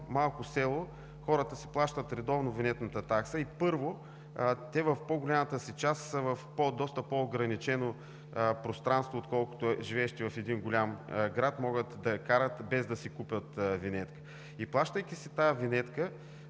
малко село хората си плащат редовно винетната такса и, първо, те в по-голямата си част са в доста по-ограничено пространство, отколкото живеещите в един голям град – могат да карат, без да си купят винетки. Плащайки си тази винетка,